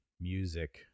music